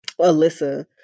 Alyssa